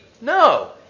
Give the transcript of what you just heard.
No